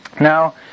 Now